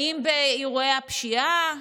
האם באירועי הפשיעה,